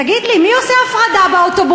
תגיד לי, מי עושה הפרדה באוטובוסים?